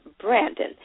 Brandon